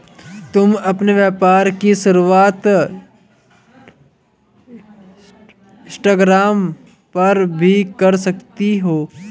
तुम अपने व्यापार की शुरुआत इंस्टाग्राम पर भी कर सकती हो